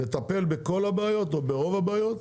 אם נטפל בכל הבעיות, או ברוב הבעיות,